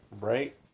Right